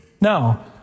No